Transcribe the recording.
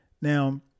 Now